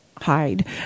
hide